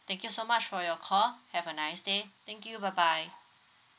thank you so much for your call have a nice day thank you bye bye